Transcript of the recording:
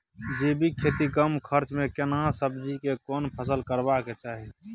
जैविक खेती कम खर्च में केना सब्जी के कोन फसल करबाक चाही?